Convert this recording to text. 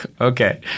Okay